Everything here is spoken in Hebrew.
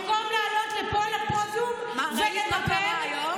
ראיתי מה קרה היום?